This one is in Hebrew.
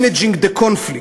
managing the conflict.